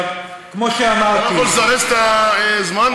אתה לא יכול לזרז את הזמן פה?